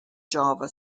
java